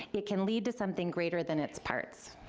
it can lead to something greater than its parts.